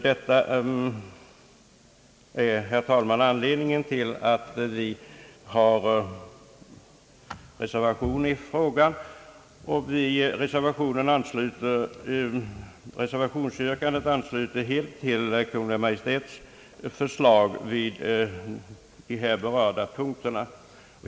Detta är, herr talman, anledningen till att vi i ärendet avgivit en reservation, i vilken yrkandet helt ansluter sig till Kungl. Maj:ts förslag på de berörda punkterna.